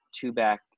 two-back